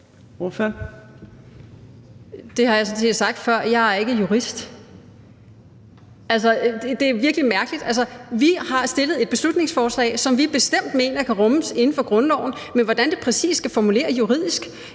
jeg sådan set sagt før. Jeg er ikke jurist. Altså, det her er virkelig mærkeligt. Vi har fremsat et beslutningsforslag, som vi bestemt mener kan rummes inden for grundloven, men hvordan det præcis skal formuleres juridisk,